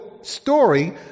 story